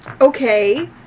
Okay